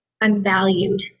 unvalued